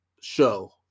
show